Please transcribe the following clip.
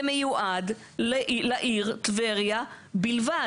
זה מיועד לעיר טבריה בלבד.